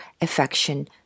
affection